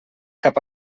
cap